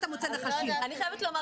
ואני מבינה אותם לחלוטין.